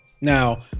Now